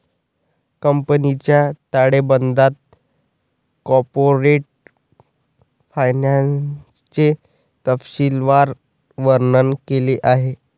कंपनीच्या ताळेबंदात कॉर्पोरेट फायनान्सचे तपशीलवार वर्णन केले आहे